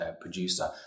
producer